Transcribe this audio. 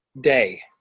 day